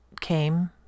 came